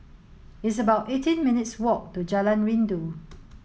it's about eighteen minutes' walk to Jalan Rindu